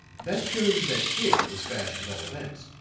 that shows that it was fast at all events.